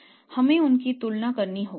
हमें उसकी तुलना करनी होगी